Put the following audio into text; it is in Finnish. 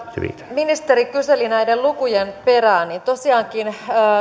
ministeri kyseli näiden lukujen perään tosiaankin